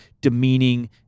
demeaning